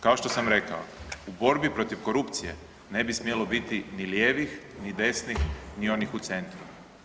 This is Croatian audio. Kao što sam rekao u borbi protiv korupcije ne bi smjelo biti ni lijevih, ni desnih, ni onih u centru.